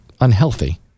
unhealthy